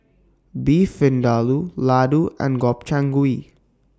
Beef Vindaloo Ladoo and Gobchang Gui